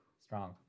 Strong